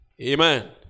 Amen